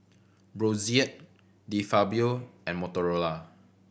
Brotzeit De Fabio and Motorola